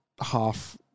half